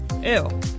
Ew